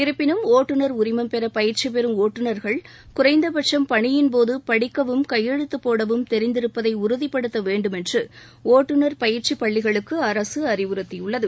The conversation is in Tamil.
இருப்பினும் ஒட்டுநர் உரிமம் பெற பயிற்சி பெறும் ஒட்டுநர்கள் குறைந்தபட்சம் பணியின்போது படிக்கவும் கையெழுத்து போடவும் தெரிந்திருப்பதை உறுதிபடுத்த வேண்டும் என்று ஒட்டுநர் பயிற்சி பள்ளிகளுக்கு அரசு அறிவுறுத்தியுள்ளது